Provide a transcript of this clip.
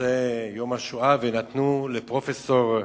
בנושא יום השואה, ונתנו לפרופסור,